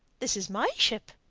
this is my ship,